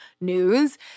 news—